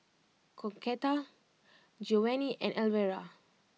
Concetta Geovanni and Alvera